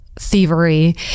thievery